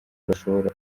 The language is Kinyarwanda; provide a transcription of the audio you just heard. bashobora